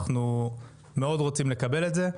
אנחנו מאוד רוצים לקבל את זה.